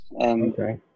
Okay